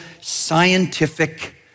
scientific